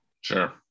Sure